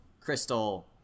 crystal